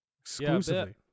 Exclusively